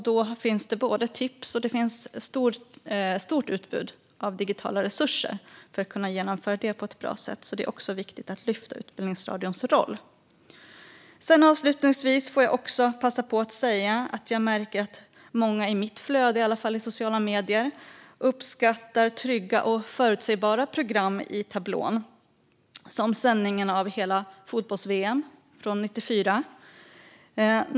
Där finns både tips och ett stort utbud av digitala resurser för att kunna genomföra undervisning på ett bra sätt, så det är viktigt att också lyfta fram Utbildningsradions roll. Avslutningsvis vill jag passa på att säga att jag märker att många, i alla fall i mitt flöde i sociala medier, uppskattar trygga och förutsägbara program i tablån, som sändningarna av hela fotbolls-VM från 1994.